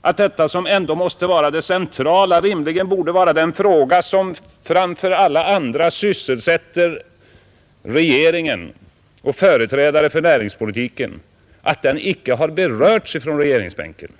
att det som ändå måste vara det centrala och rimligtvis borde vara den fråga som framför alla andra sysselsätter regeringen och företrädarna för näringspolitiken icke med ett ord har berörts från regeringsbänken.